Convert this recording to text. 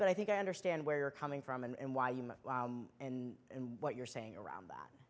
but i think i understand where you're coming from and why you move in and what you're saying around that